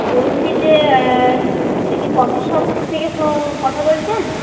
বলছি যে এটা কি কফি শপ থেকে ফো কথা বলছেন